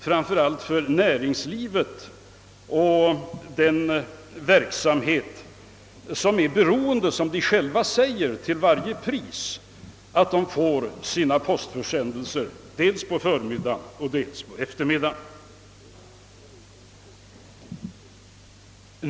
Framför allt är näringslivet helt beroende — förklarar man där själv — av att få sina postförsändelser dels på förmiddagen och dels på eftermiddagen.